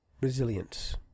resilience